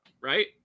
right